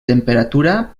temperatura